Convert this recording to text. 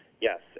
Yes